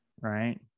right